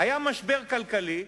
היה משבר כלכלי,